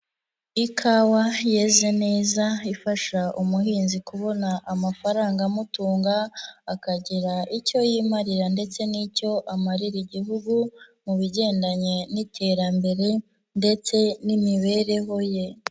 Ikawa yeze neza ifasha umuhinzi kubona amafaranga amutunga, akagira icyo yimarira ndetse n'icyo amarira Igihugu mu bigendanye n'iterambere ndetse n'imibereho ye.